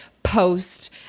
post